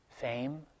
fame